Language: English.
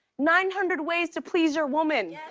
nine hundred ways to please your woman.